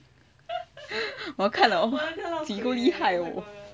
我看了 jin 够厉害哦